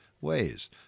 ways